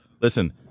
Listen